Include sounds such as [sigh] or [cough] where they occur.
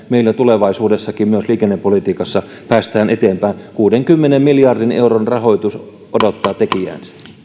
[unintelligible] meillä tulevaisuudessakin myös liikennepolitiikassa päästään eteenpäin kuudenkymmenen miljardin euron rahoitus odottaa tekijäänsä